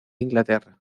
inglaterra